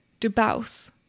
DuBaus